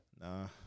Nah